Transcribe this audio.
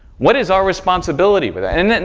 what is our responsibility with and that? and